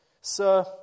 Sir